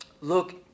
look